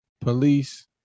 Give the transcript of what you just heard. police